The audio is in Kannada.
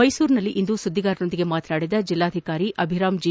ಮೈಸೂರಿನಲ್ಲಿಂದು ಸುದ್ದಿಗಾರರೊಂದಿಗೆ ಮಾತನಾಡಿದ ಜಿಲ್ಲಾಧಿಕಾರಿ ಅಭಿರಾಮ್ ಜಿ